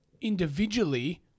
individually